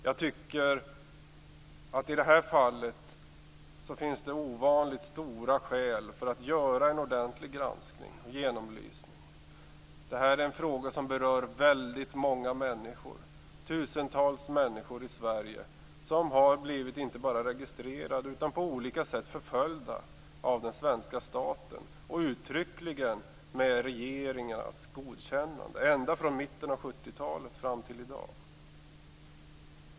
Jag tycker att det i detta fall finns ovanligt stora skäl för att göra en ordentlig granskning och genomlysning. Det är en fråga som berör väldigt många människor - tusentals människor i Sverige - som har blivit inte bara registrerade utan på olika sätt förföljda av den svenska staten med regeringarnas uttryckliga godkännande ända från mitten av 70-talet fram till i dag.